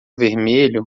vermelho